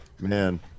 Man